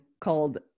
called